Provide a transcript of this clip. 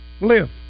live